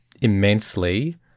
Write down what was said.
immensely